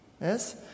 yes